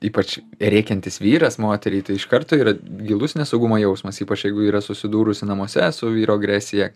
ypač rėkiantis vyras moteriai tai iš karto yra gilus nesaugumo jausmas ypač jeigu yra susidūrusi namuose su vyro agresija